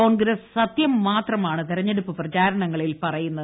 കോൺഗ്രസ് സത്യം മാത്രമാണ് തെരഞ്ഞെടുപ്പ് പ്രചാരണങ്ങളിൽ പറയുന്നത്